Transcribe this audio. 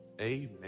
Amen